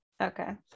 Okay